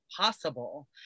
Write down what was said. possible